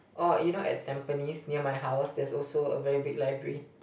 oh you know at Tampines near my house there's also a very big library